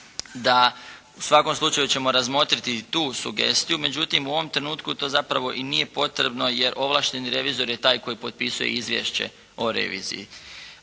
da u svakom slučaju ćemo razmotriti i tu sugestiju, međutim u ovom trenutku to zapravo i nije potrebno, jer ovlašteni revizor je taj koji potpisuje izvješće o reviziji